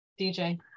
DJ